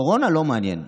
קורונה לא מעניין.